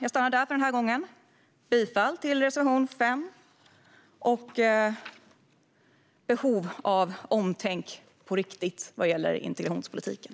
Jag yrkar bifall till reservation 5 och lyfter fram behovet av ett omtänk på riktigt när det gäller integrationspolitiken.